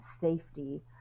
safety